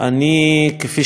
כפי שאתם יודעים,